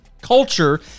culture